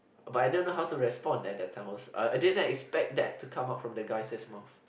but I don't know how to respond at the time also I didn't expect that to come out from the guy's mouth